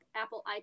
Apple